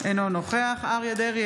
אינו נוכח אריה מכלוף דרעי,